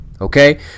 okay